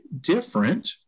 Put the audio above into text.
different